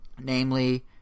namely